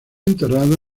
enterrado